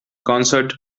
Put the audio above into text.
concert